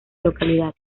localidad